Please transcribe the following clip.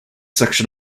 section